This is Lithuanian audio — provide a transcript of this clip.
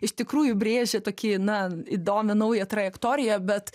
iš tikrųjų brėžia tokį na įdomią naują trajektoriją bet